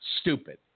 Stupid